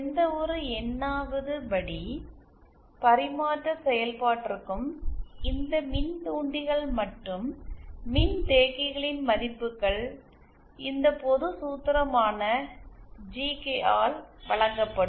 எந்தவொரு என்னாவது படி பரிமாற்ற செயல்பாட்டிற்கும் இந்த மின்தூண்டிகள் மற்றும் மின்தேக்கிகளின் மதிப்புகள் இந்த பொது சூத்திரமான ஜிகே ஆல் வழங்கப்படும்